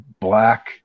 black